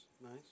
nice